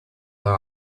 her